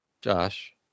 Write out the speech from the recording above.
Josh